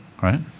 Right